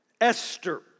Esther